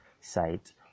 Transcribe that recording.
site